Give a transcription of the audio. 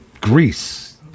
Greece